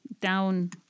down